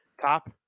Top